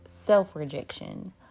self-rejection